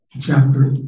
chapter